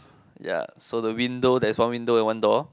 ya so the window there's one window and one door